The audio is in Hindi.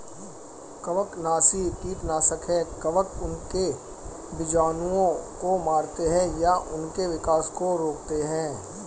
कवकनाशी कीटनाशक है कवक उनके बीजाणुओं को मारते है या उनके विकास को रोकते है